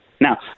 Now